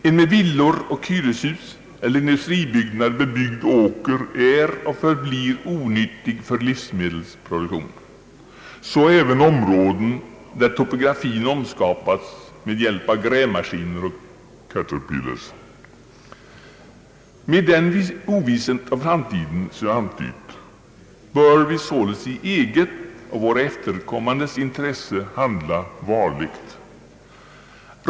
En med villor och hyreshus eller industribyggnader bebyggd åker är och förblir onyttig för livsmedelsproduktion; så även områden, där topogra Med den ovisshet om framtiden som jag antytt bör vi således i eget och våra efterkommandes intresse handla varligt.